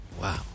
Wow